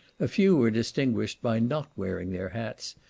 a few were distinguished by not wearing their hats,